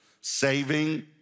Saving